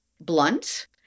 blunt